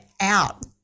out